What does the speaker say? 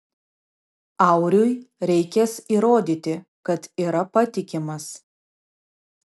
auriui reikės įrodyti kad yra patikimas